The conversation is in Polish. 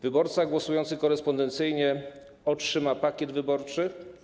Wyborca głosujący korespondencyjnie otrzyma pakiet wyborczy.